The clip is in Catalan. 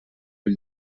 ull